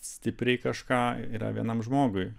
stipriai kažką yra vienam žmogui